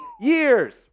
years